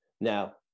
Now